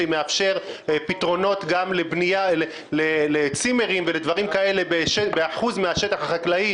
שמאפשר פתרונות גם לבנייה לצימרים ולדברים כאלה באחוז מהשטח החקלאי,